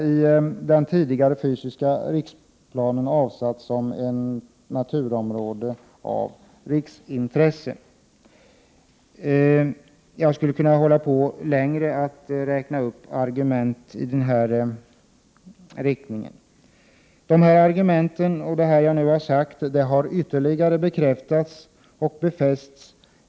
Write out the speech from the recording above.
I den tidigare fysiska riksplaneringen är Emån avsatt som ett naturområde av riksintresse. Jag skulle kunna hålla på länge med att räkna upp argument i den här riktningen. De argument jag nu har framfört har bekräftats och befästs.